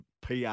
PR